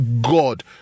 God